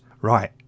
Right